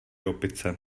opice